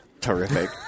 Terrific